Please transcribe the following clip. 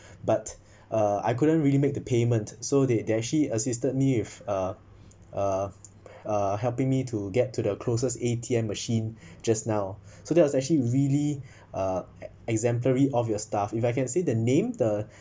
but uh I couldn't really make the payment so they they actually assisted me with uh uh uh helping me to get to the closest A_T_M machine just now so that I was actually really uh exemplary of your staff if I can say the name the